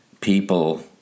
people